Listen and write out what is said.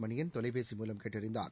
மணியன் தொலைபேசி மூலம் கேட்டறிந்தார்